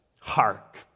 Hark